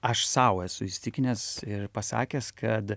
aš sau esu įsitikinęs ir pasakęs kad